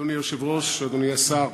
אדוני היושב-ראש, אדוני השר,